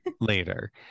later